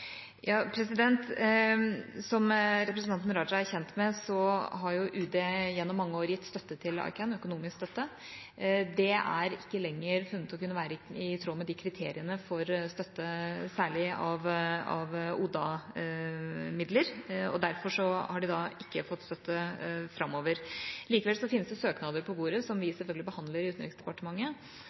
Som representanten Raja er kjent med, har UD gjennom mange år gitt økonomisk støtte til ICAN. Det er ikke lenger funnet å kunne være i tråd med kriteriene for støtte, særlig gjennom ODA-midler. Derfor får de ikke støtte framover. Likevel fins det søknader på bordet, som vi selvfølgelig behandler i Utenriksdepartementet.